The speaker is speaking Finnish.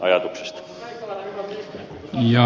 arvoisa puhemies